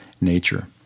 nature